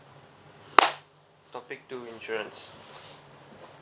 topic two insurance